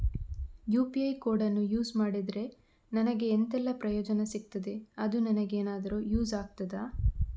UPI ಕೋಡನ್ನು use ಮಾಡಿದ್ರೆ ನನಗೆ ಎಂಥೆಲ್ಲಾ ಪ್ರಯೋಜನ ಸಿಗ್ತದೆ, ಅದು ನನಗೆ ಎನಾದರೂ ಯೂಸ್ ಆಗ್ತದಾ?